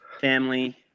family